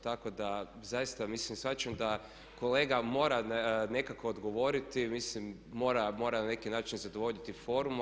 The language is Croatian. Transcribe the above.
Tako da zaista mislim, shvaćam da kolega mora nekako odgovoriti, mislim mora na neki način zadovoljiti formu.